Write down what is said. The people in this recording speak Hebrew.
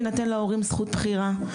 תינתן להורים זכות בחירה,